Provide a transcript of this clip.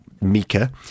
Mika